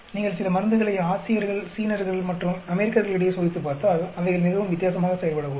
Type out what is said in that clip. நீங்கள் சில மருந்துகளை ஆசியர்கள் சீனர்கள் மற்றும் அமெரிக்கர்களிடையே சோதித்துப் பார்த்தால் அவைகள் மிகவும் வித்தியாசமாக செயல்படக்கூடும்